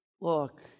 Look